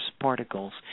particles